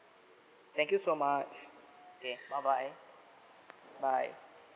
thank you so much okay bye bye bye